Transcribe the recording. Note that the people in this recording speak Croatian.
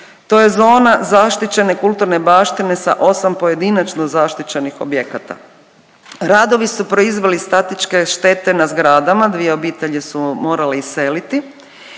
To je zona zaštićene kulturne baštine sa 8 pojedinačno zaštićenih objekata. Radovi su proizveli statičke štete na zgradama, dvije obitelji su morale iseliti